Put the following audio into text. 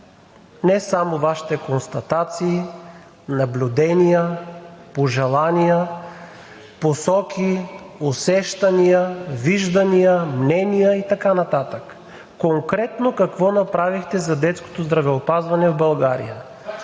не само Вашите констатации, наблюдения, пожелания, посоки, усещания, виждания, мнения и така нататък? Конкретно какво направихте за детското здравеопазване в България?